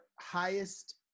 highest